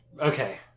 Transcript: Okay